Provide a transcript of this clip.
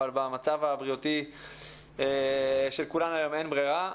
אבל במצב הבריאותי של כולנו היום אין ברירה.